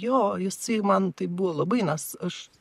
jo jisai man tai buvo labai nes aš